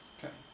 Okay